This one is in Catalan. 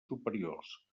superiors